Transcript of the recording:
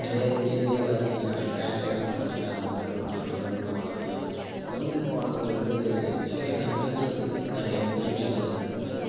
நிறையா இங்கேருந்தே எல்லாத்தையும் டிரான்ஸாக்ஷன் பண்ணிடுறாங்க மொபைல் மூலிமா தொழில்நுட்பம் வளர்ந்ததால தொழில்நுட்பம் வளர்ந்தது வந்து நிறையா நன்மைகளும் இருக்குது நிறையா தீமைகளும் இருக்குதுங்க